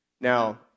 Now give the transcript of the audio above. Now